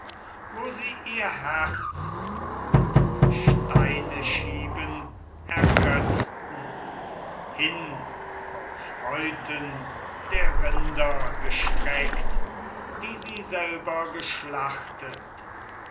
wo sie ihr herz mit steineschieben ergötzten hin auf häuten der rinder gestreckt die sie selber geschlachtet